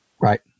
Right